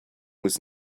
was